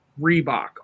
Reebok